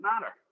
matter